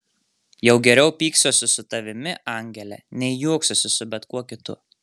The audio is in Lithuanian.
jau geriau pyksiuosi su tavimi angele nei juoksiuosi su bet kuo kitu